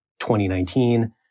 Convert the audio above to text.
2019